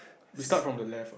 we start from the left ah